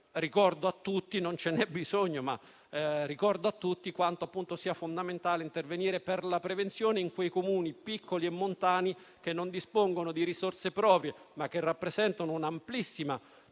bisogno, quanto sia fondamentale intervenire per la prevenzione in quei Comuni piccoli e montani che non dispongono di risorse proprie, ma rappresentano un'amplissima parte